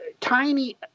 tiny